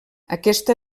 aquesta